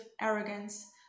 arrogance